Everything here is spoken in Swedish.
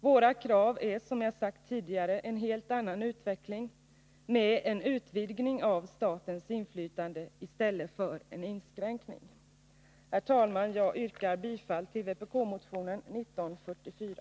Våra krav är, som jag sagt tidigare, att det skall bli en helt annan utveckling med en utvidgning av statens inflytande i stället för en inskränkning. Herr talman! Jag yrkar bifall till vpk-motionen 1944.